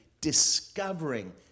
discovering